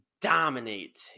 Dominate